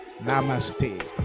namaste